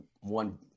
one